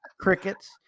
Crickets